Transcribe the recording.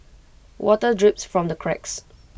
water drips from the cracks